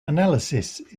analysis